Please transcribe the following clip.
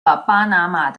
巴拿马